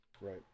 Right